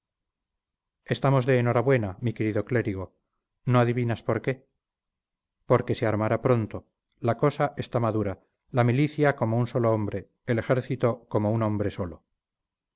estamos de enhorabuena mi querido clérigo no adivinas por qué porque se armará pronto la cosa está madura la milicia como un solo hombre el ejército como un hombre solo